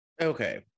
Okay